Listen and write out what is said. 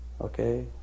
Okay